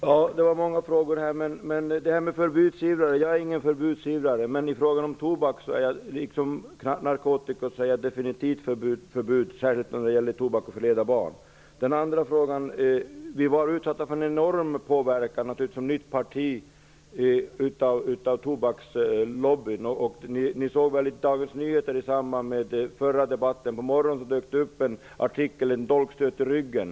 Herr talman! Det var många saker. Jag är inte någon förbudsivrare. Men i fråga om tobak och narkotika är jag definitivt för förbud -- särskilt när det gäller tobak och förledande av barn. Ny demokrati var som nytt parti utsatt för en enorm påverkan av tobakslobbyn. Ni såg väl i Dagens Nyheter artikeln i samband med debatten. Den var en dolkstöt i ryggen.